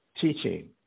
teaching